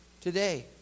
today